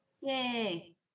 Yay